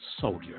soldier